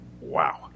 Wow